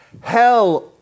hell